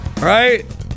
right